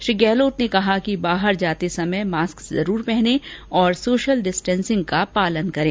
श्री गहलोत ने कहा कि बाहर जाते समय मास्क जरूर पहने और सोशल डिस्टेसिंग का पालन करें